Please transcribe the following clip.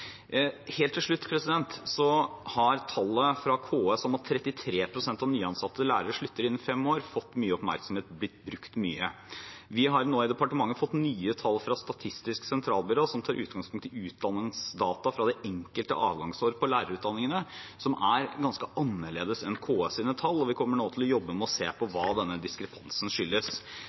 Helt til slutt: Tallene fra KS om at 33 pst. av nyansatte lærere slutter innen fem år, har fått mye oppmerksomhet og blitt brukt mye. Vi har nå i departementet fått nye tall fra Statistisk sentralbyrå, som tar utgangspunkt i utdanningsdata fra det enkelte avgangsåret på lærerutdanningene, og som er ganske annerledes enn KS’ tall. Vi kommer nå til å jobbe med å se på hva denne diskrepansen skyldes.